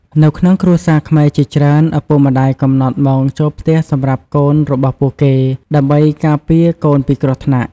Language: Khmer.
នៅក្នុងគ្រួសារខ្មែរជាច្រើន ឪពុកម្តាយកំណត់ម៉ោងចូលផ្ទះសម្រាប់កូនរបស់ពួកគេ ដើម្បីការពារកូនពីគ្រោះថ្នាក់។